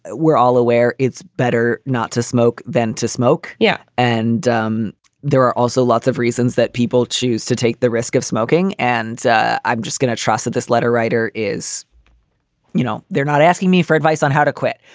we're all aware. it's better not to smoke than to smoke. yeah. and um there are also lots of reasons that people choose to take the risk of smoking. and i'm just gonna trust that this letter writer is you know, they're not asking me for advice on how to quit.